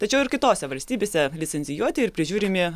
tačiau ir kitose valstybėse licencijuoti ir prižiūrimi